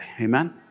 Amen